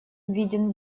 виден